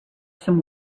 some